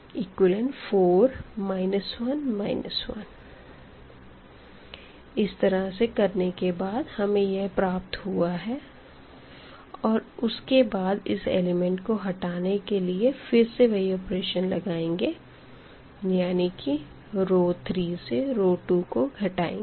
4 1 1 इस तरह से करने के बाद हमें यह प्राप्त हुआ है और उसके बाद इस एलिमेंट को हटाना के लिए फिर से वही ऑपरेशन लगाएंगे यानी कि रो 3 से रो 2 को घटाएंगे